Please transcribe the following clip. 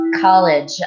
college